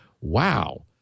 wow